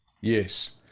Yes